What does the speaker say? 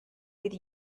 with